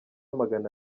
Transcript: magana